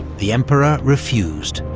the emperor refused.